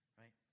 right